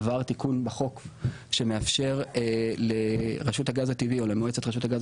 עבר תיקון בחוק שמאפשר לרשות הגז הטבעי או למועצת רשות הגז